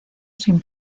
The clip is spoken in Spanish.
sin